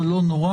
אבל לא נורא,